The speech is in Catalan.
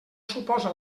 suposa